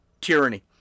tyranny